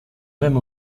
même